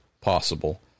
possible